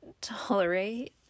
tolerate